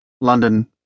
London